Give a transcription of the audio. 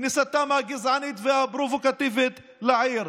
את כניסתם הגזענית והפרובוקטיבית לעיר.